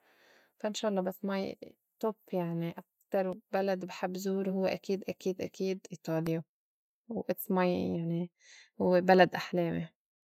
فا إنشا الله بس my top يعني أكتر بلد بحب زوره هوّ أكيد أكيد أكيد إيطاليا و its my يعني هو بلد أحلامي.